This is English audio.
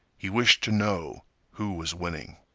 he wished to know who was winning.